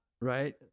right